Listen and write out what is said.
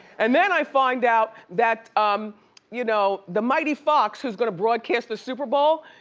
and then i find out that um you know the mighty fox, who's gonna broadcast the super bowl,